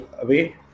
away